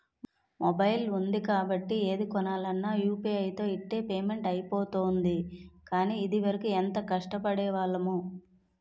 mobile ఉంది కాబట్టి ఏది కొనాలన్నా యూ.పి.ఐ తో ఇట్టే పేమెంట్ అయిపోతోంది కానీ, ఇదివరకు ఎంత కష్టపడేవాళ్లమో